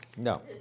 No